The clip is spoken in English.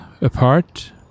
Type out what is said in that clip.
apart